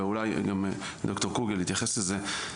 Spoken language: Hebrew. ואולי גם ד"ר קוגל יתייחס לזה,